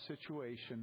situation